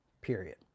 period